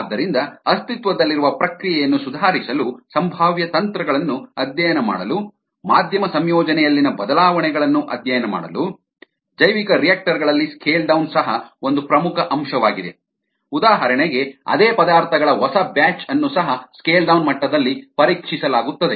ಆದ್ದರಿಂದ ಅಸ್ತಿತ್ವದಲ್ಲಿರುವ ಪ್ರಕ್ರಿಯೆಯನ್ನು ಸುಧಾರಿಸಲು ಸಂಭಾವ್ಯ ತಂತ್ರಗಳನ್ನು ಅಧ್ಯಯನ ಮಾಡಲು ಮಾಧ್ಯಮ ಸಂಯೋಜನೆಯಲ್ಲಿನ ಬದಲಾವಣೆಗಳನ್ನು ಅಧ್ಯಯನ ಮಾಡಲು ಜೈವಿಕರಿಯಾಕ್ಟರ್ ಗಳಲ್ಲಿ ಸ್ಕೇಲ್ ಡೌನ್ ಸಹ ಒಂದು ಪ್ರಮುಖ ಅಂಶವಾಗಿದೆ ಉದಾಹರಣೆಗೆ ಅದೇ ಪದಾರ್ಥಗಳ ಹೊಸ ಬ್ಯಾಚ್ ಅನ್ನು ಸಹ ಸ್ಕೇಲ್ ಡೌನ್ ಮಟ್ಟದಲ್ಲಿ ಪರೀಕ್ಷಿಸಲಾಗುತ್ತದೆ